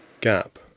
gap